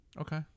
Okay